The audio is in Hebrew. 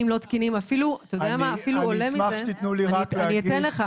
אני אשמח שתתנו לי רק להגיד --- אני אתן לך,